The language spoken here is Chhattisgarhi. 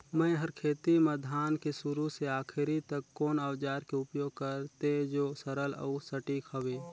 मै हर खेती म धान के शुरू से आखिरी तक कोन औजार के उपयोग करते जो सरल अउ सटीक हवे?